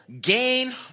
gain